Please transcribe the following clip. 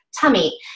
tummy